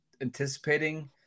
anticipating